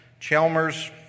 Chalmers